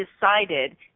decided